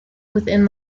within